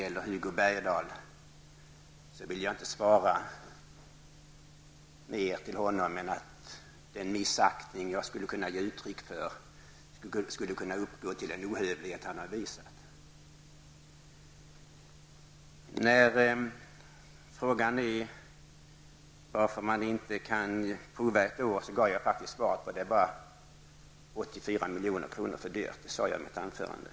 Till Hugo Bergdahl vill jag inte säga mer än att den missaktning som jag skulle kunna ge uttryck för skulle kunna uppgå till samma grad av ohövlighet som han har visat. Ni frågar varför man inte kan prova ett år. Jag gav faktiskt svaret på det. Det är bara 84 miljoner för dyrt, sade jag i mitt anförande.